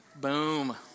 Boom